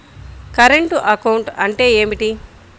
Current account అంటే ఏమిటి?